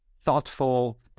thoughtful